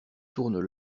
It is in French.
tournent